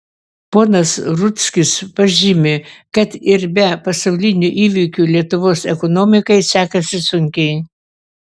ponas rudzkis pažymi kad ir be pasaulinių įvykių lietuvos ekonomikai sekasi sunkiai